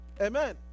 amen